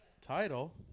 title